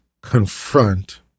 confront